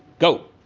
go.